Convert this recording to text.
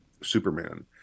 Superman